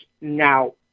now